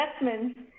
investments